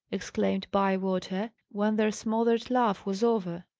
exclaimed bywater, when their smothered laugh was over.